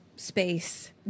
space